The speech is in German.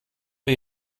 wir